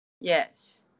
Yes